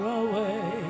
away